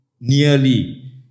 nearly